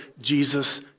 Jesus